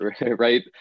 right